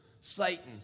Satan